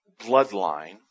bloodline